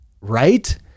Right